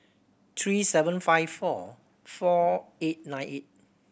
three seven five four four eight nine eight